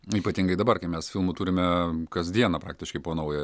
ypatingai dabar kai mes filmų turime kasdieną praktiškai po naują